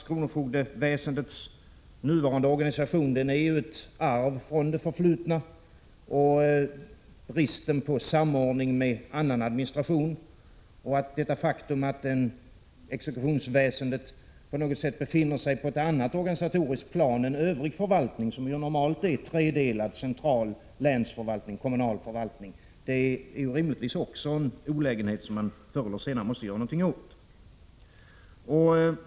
Kronofogdeväsendets nuvarande organisation är ju ett arv från det förflutna. Bristen på samordning med annan administration och det faktum att exekutionsväsendet på något sätt befinner sig på ett annat organisatoriskt plan än övrig förvaltning, som normalt är tredelad — central förvaltning, länsförvaltning och kommunal förvaltning — är rimligtvis också en olägenhet som man förr eller senare måste göra något åt.